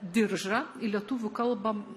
diržą į lietuvių kalbą